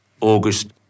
August